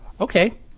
Okay